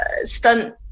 stunt